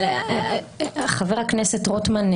חבר הכנסת רוטמן,